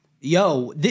yo